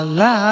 la